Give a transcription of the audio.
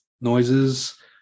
noises